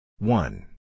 One